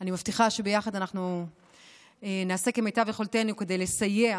אני מבטיחה שביחד אנחנו נעשה כמיטב יכולתנו כדי לסייע